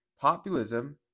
populism